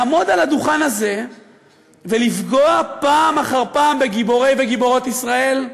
לעמוד על הדוכן הזה ולפגוע פעם אחר פעם בגיבורי ובגיבורות ישראל.